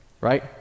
right